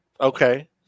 Okay